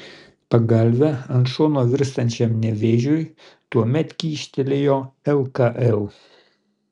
pagalvę ant šono virstančiam nevėžiui tuomet kyštelėjo lkl